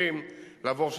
השני